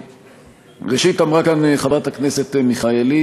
ראשית, אמרה כאן חברת הכנסת מיכאלי